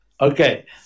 Okay